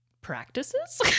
practices